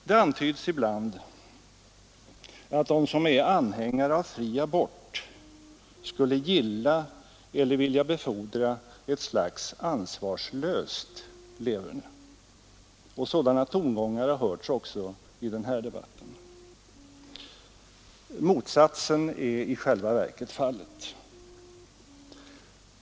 Det antyds ibland att de som är anhängare av fri abort skulle gilla eller vilja befordra ett slags ansvarslöst leverne. Sådana tongångar har hörts även i denna debett. Motsatsen är i själva verket fallet.